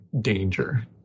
danger